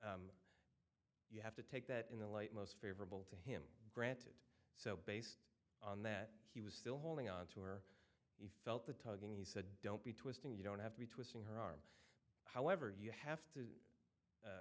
you have to take that in the light most favorable to him granted so based on that he was still holding on to where he felt the tugging he said don't be twisting you don't have to be twisting her arm however you have to a